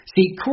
See